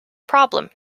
problem